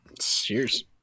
Cheers